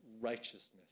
righteousness